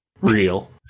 Real